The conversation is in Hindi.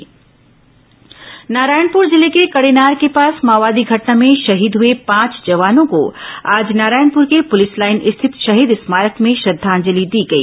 शहीद जवान श्रद्धांजलि नारायणपुर जिले के कड़ेनार के पास माओवादी घटना में शहीद हुए पांच जवानों को आज नारायणपुर के पुलिस लाइन सिंथित शहीद स्मारक में श्रद्धांजलि दी गई